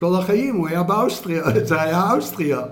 כל החיים הוא היה באוסטריה, זה היה אוסטריה.